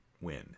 win